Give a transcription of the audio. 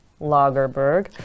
Lagerberg